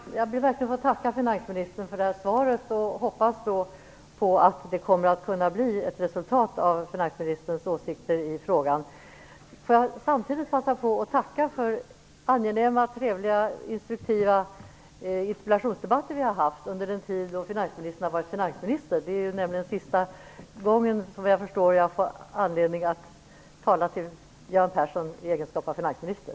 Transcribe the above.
Fru talman! Jag ber verkligen att få tacka finansministern för svaret. Jag hoppas på att det kommer att kunna bli ett resultat av finansministerns åsikter i frågan. Får jag samtidigt passa på att tacka för de angenäma, trevliga och instruktiva interpellationsdebatter vi har haft under den tid finansministern har varit finansminister. Det är nämligen sista gången, såvitt jag förstår, som jag får anledning att tala till Göran Persson i egenskap av finansminister.